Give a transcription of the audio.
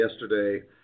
yesterday